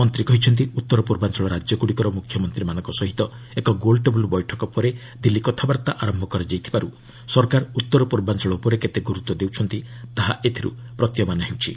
ମନ୍ତ୍ରୀ କହିଛନ୍ତି ଉତ୍ତର ପୂର୍ବାଞ୍ଚଳ ରାଜ୍ୟଗୁଡ଼ିକର ମ୍ରଖ୍ୟମନ୍ତ୍ରୀମାନଙ୍କ ସହିତ ଏକ ଗୋଲ୍ଟେବୁଲ୍ ବୈଠକ ପରେ ଦିଲ୍ଲୀ କଥାବାର୍ତ୍ତା ଆରମ୍ଭ ହୋଇଥିବାରୁ ସରକାର ଉତ୍ତର ପୂର୍ବାଞ୍ଚଳ ଉପରେ କେତେ ଗୁରୁତ୍ୱ ଦେଉଛନ୍ତି ତାହା ଏଥିରୁ ପ୍ରତୀୟମାନ ହେଉଛି